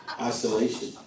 Isolation